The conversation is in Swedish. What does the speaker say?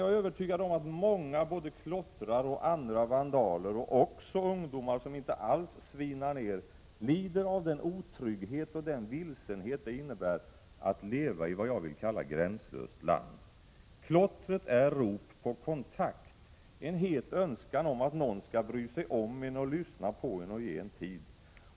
Jag är övertygad om att många, både klottrare och andra vandaler, och också ungdomar som inte alls svinar ner, lider av den otrygghet och den vilsenhet det innebär att leva i gränslöst land. Klottret är rop på kontakt, en het önskan att någon skall bry sig om en, lyssna på en och ge en tid.